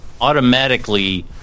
automatically—